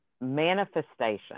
manifestation